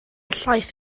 llaeth